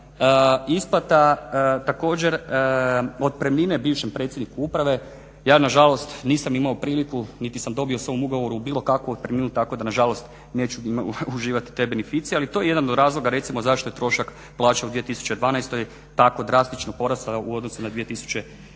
isplata također otpremnine bivšem predsjedniku uprave. Ja na žalost nisam imao priliku niti sam dobio u svom ugovoru bilo kakvu otpremninu, tako da na žalost neću uživati te beneficije. Ali to je jedan od razloga recimo zašto je trošak plaće u 2012. tako drastično porastao u odnosu na 2011.